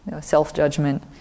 self-judgment